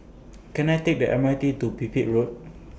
Can I Take The M R T to Pipit Road